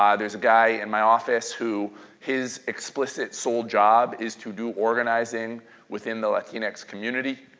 ah there's a guy in my office who his explicit sole job is to do organizing within the latinx community.